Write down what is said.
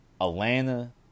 Atlanta